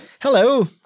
Hello